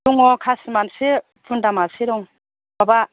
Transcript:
दङ खासि मानसे बुन्दा मासे दं माबा